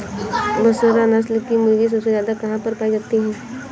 बसरा नस्ल की मुर्गी सबसे ज्यादा कहाँ पर पाई जाती है?